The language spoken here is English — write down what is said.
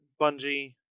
Bungie